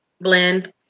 blend